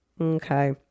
Okay